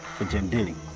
for gem dealing?